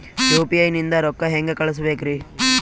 UPI ನಿಂದ ರೊಕ್ಕ ಹೆಂಗ ಕಳಸಬೇಕ್ರಿ?